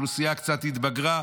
שהאוכלוסייה קצת התבגרה,